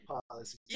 policy